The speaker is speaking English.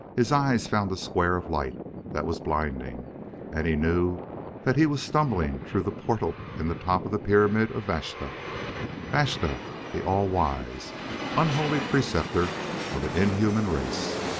his eyes found a square of light that was blinding and he knew that he was stumbling through the portal in the top of the pyramid of vashta vashta the all-wise unholy preceptor of an inhuman race.